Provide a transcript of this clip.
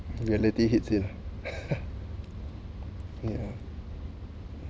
reality hits in yeah